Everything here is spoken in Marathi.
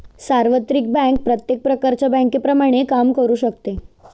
सार्वत्रिक बँक प्रत्येक प्रकारच्या बँकेप्रमाणे काम करू शकते